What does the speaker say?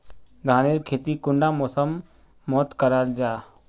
धानेर खेती कुंडा मौसम मोत करा जा?